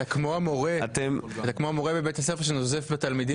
זה כמו המורה בבית הספר שנוזף בתלמידים.